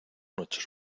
noches